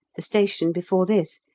the station before this,